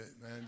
man